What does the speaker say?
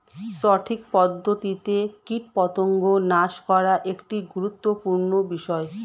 সঠিক পদ্ধতিতে কীটপতঙ্গ নাশ করা একটি গুরুত্বপূর্ণ বিষয়